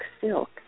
silk